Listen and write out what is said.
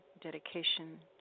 dedication